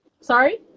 Sorry